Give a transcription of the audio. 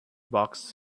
box